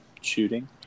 shooting